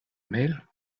mail